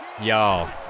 Y'all